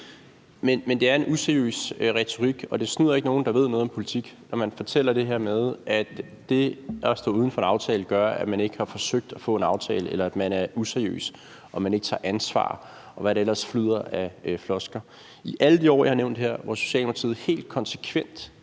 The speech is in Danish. Det er en useriøs retorik, og det snyder ikke nogen, der ved noget om politik, at man siger det her med, at det at stå uden for en aftale gør, at man ikke har forsøgt at få en aftale, eller at man er useriøs og man ikke tager ansvar, og hvad der ellers flyder af floskler. I alle de år, jeg har nævnt her, hvor Socialdemokratiet helt konsekvent